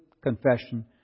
confession